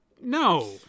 no